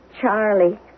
Charlie